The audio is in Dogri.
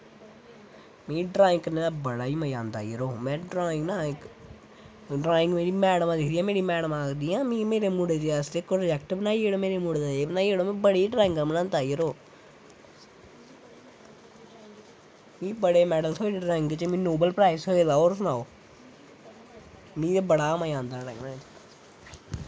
मिगी ड्राईंग करने दा बड़ा ई मज़ा आंदा जरो में ड्राईंग न ड्राईंग मेरी मैड़मां दिखदियां मैड़मां आखदियां मेरे मुड़े दे आस्तै परोजैक्ट बनाई ओड़ मेरे मुड़े दा एह् बनाई ओड़ में बड़ी ड्राईगां बनांदा जरो मिगी बड़े मैडल थ्होए न ड्राईंग च मिगी नोवल प्राईज थ्होए दा होर सनाओ मिगी बड़ा गै मज़ा आंदा